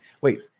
wait